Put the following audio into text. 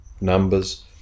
numbers